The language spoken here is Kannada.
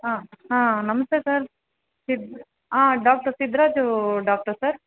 ಹಾಂ ಹಾಂ ನಮಸ್ತೆ ಸರ್ ಸಿದ್ ಡಾಕ್ಟ್ರ್ ಸಿದ್ಧರಾಜು ಡಾಕ್ಟ್ರ ಸರ್